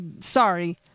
sorry